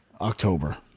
October